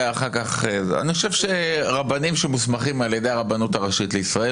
אני חושב שרבנים שמוסמכים על ידי הרבנות הראשית לישראל